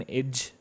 edge